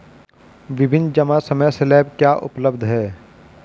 विभिन्न जमा समय स्लैब क्या उपलब्ध हैं?